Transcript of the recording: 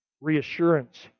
reassurance